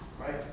right